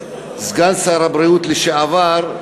סגן שר הבריאות לשעבר,